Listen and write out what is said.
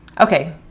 Okay